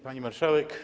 Pani Marszałek!